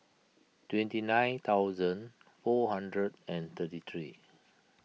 twenty nine thousand four hundred and thirty three